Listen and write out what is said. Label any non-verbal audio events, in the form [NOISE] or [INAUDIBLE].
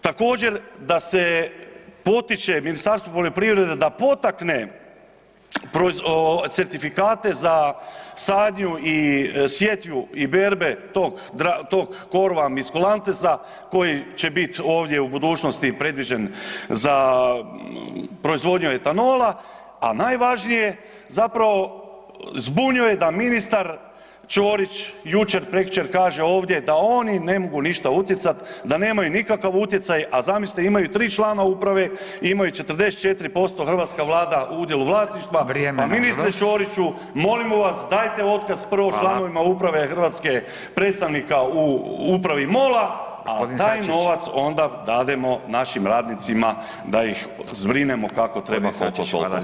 Također, da se potiče Ministarstvo poljoprivrede da potakne certifikate za sadnju i sjetvu i berbe tog ... [UNINTELLIGIBLE] koji će biti ovdje u budućnosti predviđen za proizvodnju etanola, a najvažnije zapravo zbunjuje da ministar Ćorić jučer, prekjučer kaže ovdje da oni ne mogu ništa utjecati, da nemaju nikakav utjecaj, a zamislite, imaju 3 člana uprave i imaju 44% hrvatska Vlada u udjelu vlasništva [[Upadica: Vrijeme nažalost.]] pa ministre Ćoriću, molimo vas, dajte otkaz prvo članovima uprave, [[Upadica: Hvala.]] hrvatske, predstavnika u upravi MOL-a [[Upadica: G. Sačić.]] a taj novac onda dademo našim radnicima da ih brinemo kako treba [[Upadica: G. Sačić, hvala lijepa.]] koliko toliko.